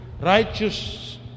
righteous